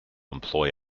employ